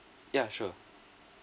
ya sure